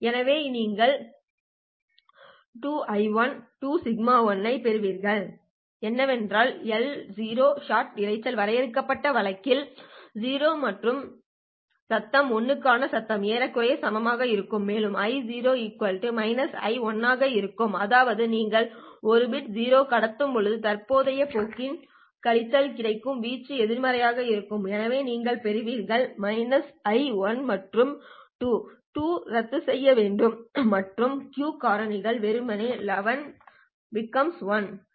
எனவே நீங்கள் 2I1 2σ1 ஐப் பெறுவீர்கள் ஏனென்றால் LO ஷாட் இரைச்சல் வரையறுக்கப்பட்ட வழக்கில் 0 மற்றும் சத்தம் 1 க்கான சத்தம் ஏறக்குறைய சமமாக இருக்கும் மேலும் I0 I1 ஆக இருக்கும் அதாவது நீங்கள் ஒரு பிட் 0 ஐ கடத்தும் போது தற்போதைய போக்கின் கழித்தல் கிடைக்கும் வீச்சு எதிர்மறையாக இருக்கும் எனவே நீங்கள் பெறுவீர்கள் I1 மற்றும் 2 2 இங்கே ரத்துசெய்யப்படும் மற்றும் Q காரணி வெறுமனே I1 becomes1 ஆகிறது